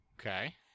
Okay